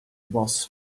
boss